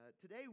Today